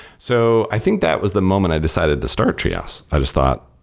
so i think that was the moment i decided to start treehouse. i just thought,